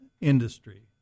industry